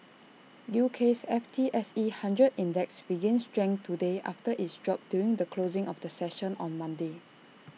U K's F T S E hundred index regained strength today after its drop during the closing of the session on Monday